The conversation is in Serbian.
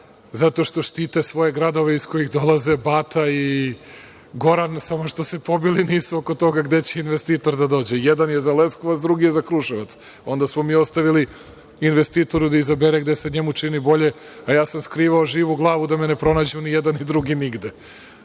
zato što štite svoje gradove iz kojih dolaze, Bata i Goran, samo što se pobili nisu oko toga gde će investitor da dođe. Jedan je za Leskovac, drugi je za Kruševac. Onda smo mi ostavili investitoru da izabere gde se njemu čini bolje, a ja sam skrivao živu glavu da me ne pronađu nijedan ni drugi nigde.